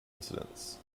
incidents